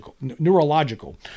neurological